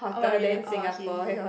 oh really oh okay okay